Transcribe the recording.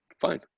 fine